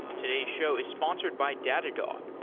today's show is sponsored by datadog,